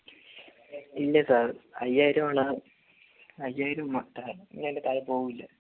ഇല്ല സർ അയ്യായിരവാണ് അയ്യായിരം മാറ്റാൻ ഇനി അതിൻറ്റെ താഴെ പോവൂല